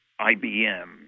IBM